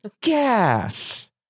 gas